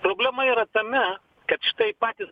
problema yra tame kad štai patys